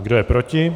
Kdo je proti?